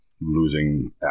losing